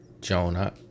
Jonah